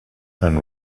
and